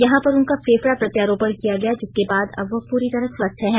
यहां पर उनका फेफड़ा प्रत्यारोपण किया गया जिसके बाद अब वह पूरी तरह स्वस्थ हैं